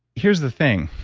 here's the thing.